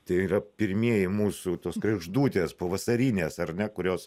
tai yra pirmieji mūsų tos kregždutės pavasarinės ar ne kurios